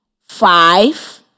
five